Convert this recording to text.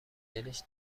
دلش